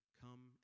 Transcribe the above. Come